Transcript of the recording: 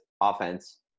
offense